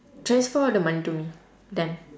transfer all the money to me done